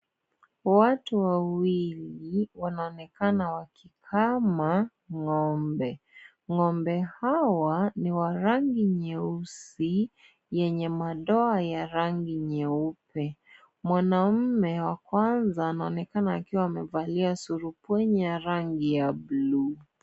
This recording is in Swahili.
Watu wawili wanaonekana wakikama ng'ombe, ng'ombe hawa ni wa rangi nyeusi yenye madoa ya rangi nyeupe, mwanaume wa kwanza anaonekana akiwa amevalia suruali ya rangi ya blue .